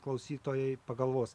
klausytojai pagalvos